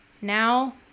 Now